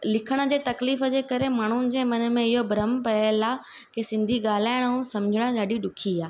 लिखण जे तकलीफ़ जे करे माण्हुनि जे मन में इहो भ्रम पइल आहे के सिंधी ॻाल्हाइण ऐं सम्झण ॾाढी ॾुखी आहे